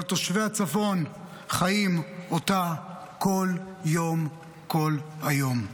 אבל תושבי הצפון חיים אותה כל יום, כל היום.